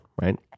right